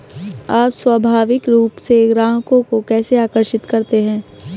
आप स्वाभाविक रूप से ग्राहकों को कैसे आकर्षित करते हैं?